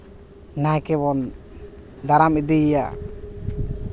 ᱱᱟᱭᱠᱮ ᱵᱚᱱ ᱫᱟᱨᱟᱢ ᱤᱫᱤᱭᱮᱭᱟ